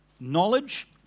knowledge